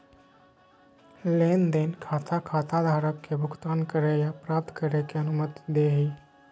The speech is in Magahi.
लेन देन खाता खाताधारक के भुगतान करे या प्राप्त करे के अनुमति दे हइ